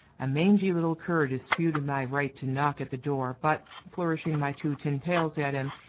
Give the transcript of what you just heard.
a mangy little cur disputed my right to knock at the door but, flourishing my two tin pails at him,